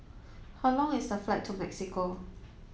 how long is the flight to Mexico